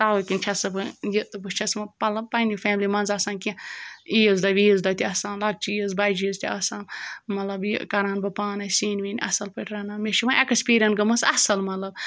تَوَے کِنۍ چھَسَکھ وۄنۍ یہِ بہٕ چھٮ۪س وۄنۍ مطلب پنٛنہِ فیملی منٛز آسان کینٛہہ عیٖذ دۄہ ویٖذ دۄہ تہِ آسان لَکچہِ عیٖذ بَجہِ عیٖذ تہِ آسان مطلب یہِ کَران بہٕ پانَے سِنۍ وِنۍ اَصٕل پٲٹھۍ رَنان مےٚ چھِ وۄنۍ اٮ۪کٕسپیٖرَن گٔمٕژ اَصٕل مطلب